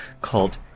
called